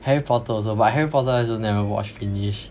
Harry Potter also but Harry Potter also never watch finish